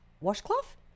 Washcloth